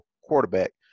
quarterback